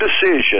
decision